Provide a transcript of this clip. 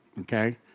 Okay